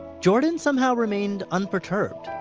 jordan somehow remained unperturbed.